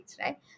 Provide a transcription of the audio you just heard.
right